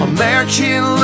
American